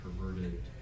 perverted